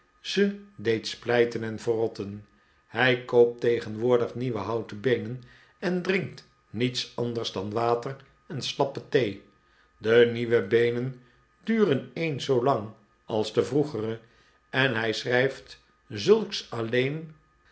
ze deed splijten en verrotten hij koopt tegenwoordig nieuwe houten beenen en drinkt niets anders dan water en sl appe thee de nieuwe beenen duren eens zoolang als de vroegere en hij schrijft zulks alleen